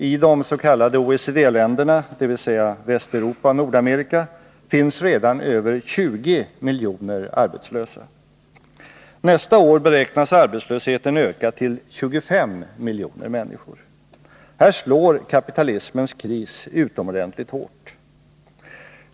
I de s.k. OECD-länderna, dvs. Västeuropa och Nordamerika, finns redan över 20 miljoner arbetslösa. Nästa år beräknas arbetslösheten öka till 25 miljoner människor. Här slår kapitalismens kris 33 utomordentligt hårt.